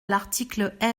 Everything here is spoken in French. l’article